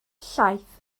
llaeth